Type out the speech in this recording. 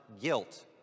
guilt